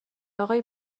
آقای